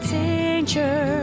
danger